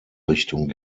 richtung